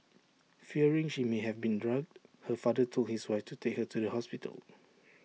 fearing she may have been drugged her father told his wife to take her to the hospital